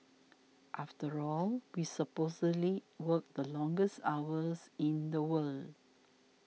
after all we supposedly work the longest hours in the world